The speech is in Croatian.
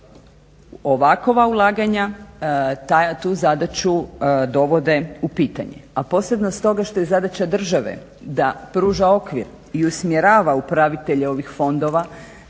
Ovakva ulaganja tu zadaću dovode u pitanje, a posebno stoga što je zadaća države da pruža okvir i usmjerava upravitelje ovih fondova